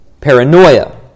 paranoia